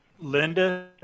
Linda